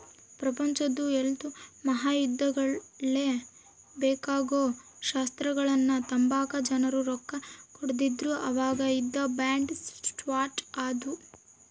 ಪ್ರಪಂಚುದ್ ಎಲ್ಡೂ ಮಹಾಯುದ್ದಗುಳ್ಗೆ ಬೇಕಾಗೋ ಶಸ್ತ್ರಗಳ್ನ ತಾಂಬಕ ಜನ ರೊಕ್ಕ ಕೊಡ್ತಿದ್ರು ಅವಾಗ ಯುದ್ಧ ಬಾಂಡ್ ಸ್ಟಾರ್ಟ್ ಆದ್ವು